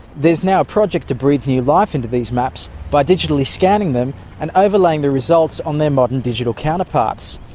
there is now a project to breathe new life into these maps by digitally scanning them and overlaying the results on their modern digital counterparts.